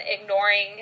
ignoring